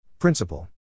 Principle